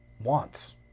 wants